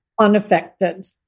unaffected